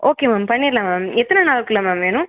okay ma'am பண்ணிரலாம் ma'am எத்தனை நாள்க்குள்ளே மேம் வேணும்